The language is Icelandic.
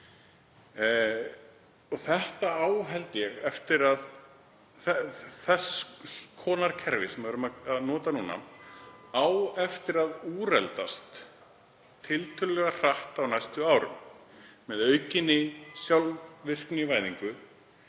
eða bótum sem um ræðir. Þess konar kerfi sem við erum að nota núna á eftir að úreldast tiltölulega hratt á næstu árum með aukinni sjálfvirknivæðingu